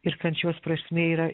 ir kančios prasmė yra